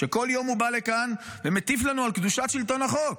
שבכל יום בא לכאן ומטיף לנו על קדושת שלטון החוק.